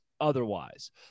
otherwise